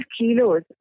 kilos